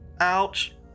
Ouch